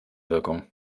wirkung